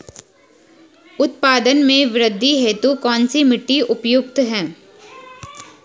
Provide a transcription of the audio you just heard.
उत्पादन में वृद्धि हेतु कौन सी मिट्टी उपयुक्त है?